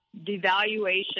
devaluation